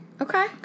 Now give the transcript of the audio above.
Okay